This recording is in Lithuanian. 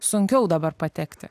sunkiau dabar patekti